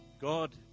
God